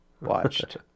watched